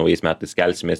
naujais metais kelsimės